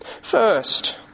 First